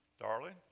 darling